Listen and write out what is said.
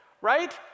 Right